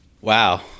Wow